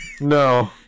No